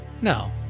No